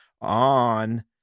on